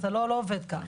זה לא עובד כך.